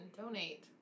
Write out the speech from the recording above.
donate